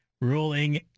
ruling